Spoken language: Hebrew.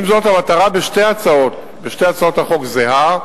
עם זאת, המטרה בשתי הצעות החוק זהה,